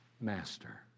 Master